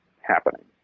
happening